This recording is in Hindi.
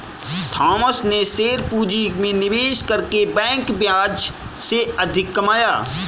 थॉमस ने शेयर पूंजी में निवेश करके बैंक ब्याज से अधिक कमाया